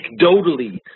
anecdotally